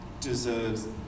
deserves